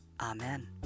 Amen